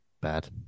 bad